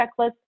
checklist